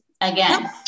again